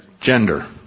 gender